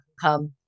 come